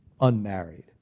unmarried